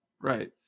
Right